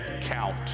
count